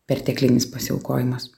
perteklinis pasiaukojimas